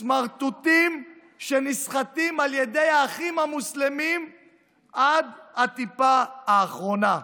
סמרטוטים שנסחטים על ידי האחים המוסלמים עד הטיפה האחרונה.